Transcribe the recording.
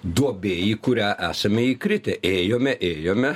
duobė į kurią esame įkritę ėjome ėjome